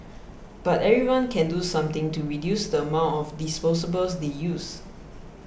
but everyone can do something to reduce the amount of disposables they use